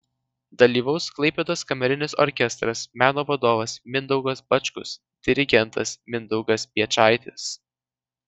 dalyvaus klaipėdos kamerinis orkestras meno vadovas mindaugas bačkus dirigentas mindaugas piečaitis